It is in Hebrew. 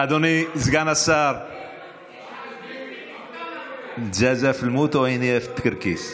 יש ערבית במבטא מרוקאי.